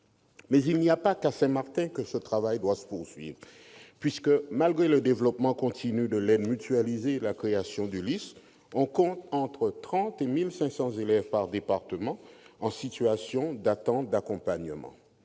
il n'y a pas qu'à Saint-Martin que ce travail doit se poursuivre : malgré le développement continu de l'aide mutualisée et de la création d'ULIS, entre 30 et 1 500 élèves par département attendent toujours un accompagnement.